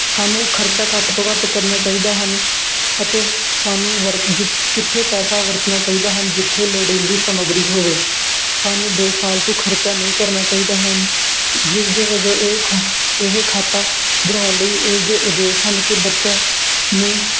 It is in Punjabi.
ਸਾਨੂੰ ਖਰਚਾ ਘੱਟ ਤੋਂ ਘੱਟ ਕਰਨਾ ਚਾਹੀਦਾ ਹਨ ਅਤੇ ਸਾਨੂੰ ਵਰ ਜਿ ਕਿੱਥੇ ਪੈਸਾ ਵਰਤਣਾ ਚਾਹੀਦਾ ਹਨ ਜਿੱਥੇ ਲੋੜੀਂਦੀ ਸਮਗਰੀ ਹੋਵੇ ਸਾਨੂੰ ਬੇਫਾਲਤੂ ਖਰਚਾ ਨਹੀਂ ਕਰਨਾ ਚਾਹੀਦਾ ਹਨ ਜਿਸ ਦੇ ਵਜੋਂ ਇਹ ਖਾ ਇਹ ਖਾਤਾ ਬਣਾਉਣ ਲਈ ਇਸ ਦੇ ਉਦੇਸ਼ ਹਨ ਕਿ ਬੱਚਿਆਂ ਨੂੰ